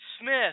Smith